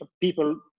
people